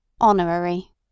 Honorary